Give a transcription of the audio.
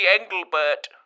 Engelbert